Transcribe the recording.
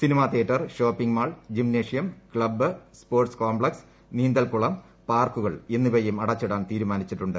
cinema theatre shopping mall gymnasium club sports complex നീന്തൽക്കുളം പാർക്കുകൾ എന്നിവയും അടച്ചിടാൻ തീരുമാനിച്ചിട്ടുണ്ട്